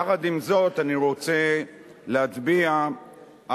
יחד עם זאת, אני רוצה להצביע על